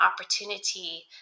opportunity